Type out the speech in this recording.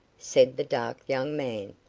said the dark young man.